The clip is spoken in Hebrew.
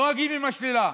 נוהגים עם השלילה.